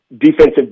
defensive